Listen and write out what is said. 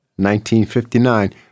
1959